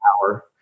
Power